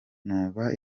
numva